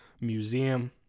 museum